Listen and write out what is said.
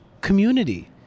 community